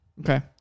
Okay